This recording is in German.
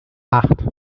acht